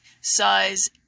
size